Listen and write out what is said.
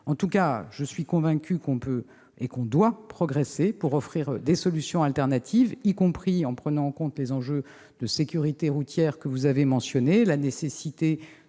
En tout cas, je suis certaine que l'on peut, et que l'on doit progresser pour offrir des solutions alternatives, y compris en prenant en compte les enjeux de sécurité routière que vous avez mentionnés, les